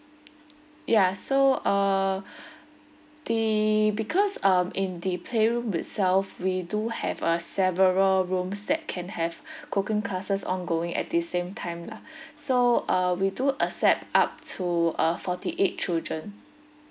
ya so uh the because um in the playroom itself we do have uh several rooms that can have cooking classes ongoing at the same time lah so uh we do accept up to uh forty eight children